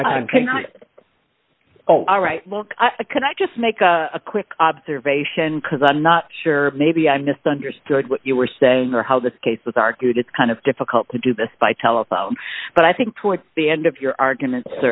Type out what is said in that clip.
my time all right look can i just make a quick observation because i'm not sure maybe i misunderstood what you were saying or how the case was argued it's kind of difficult to do this by telephone but i think toward the end of your arguments